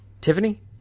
Tiffany